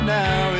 now